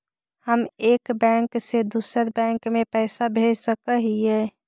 हम एक बैंक से दुसर बैंक में पैसा भेज सक हिय?